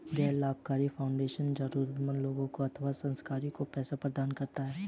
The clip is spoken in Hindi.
गैर लाभकारी फाउंडेशन जरूरतमन्द लोगों अथवा संस्थाओं को पैसे प्रदान करता है